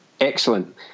Excellent